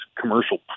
commercial